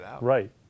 Right